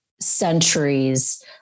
centuries